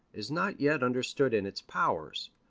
is not yet understood in its powers,